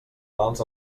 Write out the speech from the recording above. mals